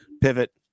Pivot